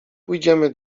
pójdziemy